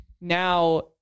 now